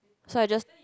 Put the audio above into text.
so I just